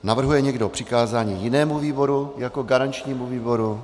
Navrhuje někdo přikázání jinému výboru jako garančnímu výboru?